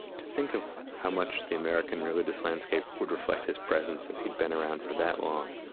to think of how much the american religious landscape would reflect his presence if he'd been around for that long